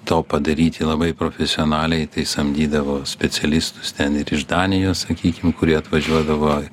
to padaryti labai profesionaliai tai samdydavo specialistus ten ir iš danijos sakykim kurie atvažiuodavo